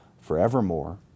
forevermore